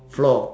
floor